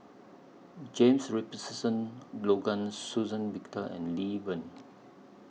James Richardson Logan Suzann Victor and Lee Wen